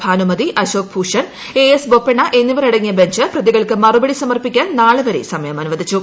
Bhanumathi Ashok Bhushan A S Bopanna എന്നിവർ അടങ്ങിയ bench പ്രതികൾക്ക് മറുപടി സമർപ്പിക്കാൻ നാളെ വരെ സമയം അനുവദിച്ചു